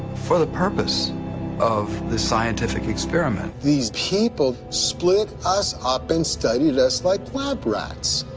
for the purpose of the scientific experiment. these people split us up and studied us like lab rats.